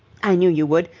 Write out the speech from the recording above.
i knew you would.